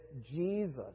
Jesus